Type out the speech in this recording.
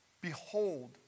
behold